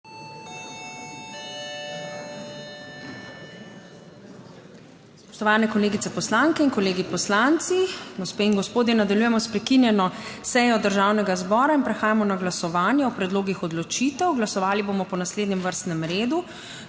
Spoštovane kolegice poslanke in kolegi poslanci, gospe in gospodje. Nadaljujemo s prekinjeno sejo Državnega zbora in prehajamo na glasovanje o predlogih odločitev. Glasovali bomo po naslednjem vrstnem redu